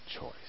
choice